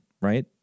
right